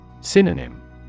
Synonym